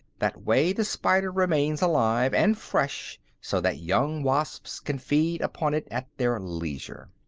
that way, the spider remains alive and fresh so that young wasps can feed upon it at their leisure.